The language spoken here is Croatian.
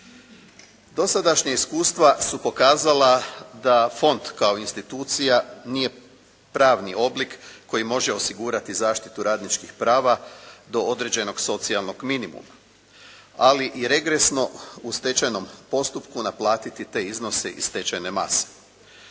Dosadašnja iskustva su pokazala da fond kao institucija nije pravni oblik koji može osigurati zaštitu radničkih prava do određenog socijalnog minimuma, ali i regresno u stečajnom postupku naplatiti te iznose iz stečajne mase.